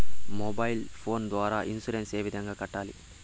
mobile phone ద్వారా insurance ఏ విధంగా కట్టాలి